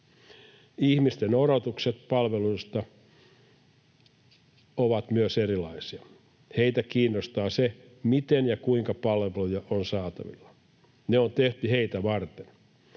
Ihmisten odotukset palveluista ovat myös erilaisia. Heitä kiinnostaa se, miten ja kuinka palveluja on saatavilla. Ne on tehty heitä varten.